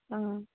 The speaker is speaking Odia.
ହଁ